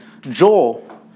Joel